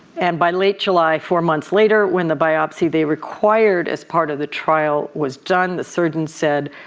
and by late july, four months later when the biopsy they required as part of the trial was done the surgeon said,